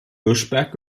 hirschberg